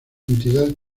entidad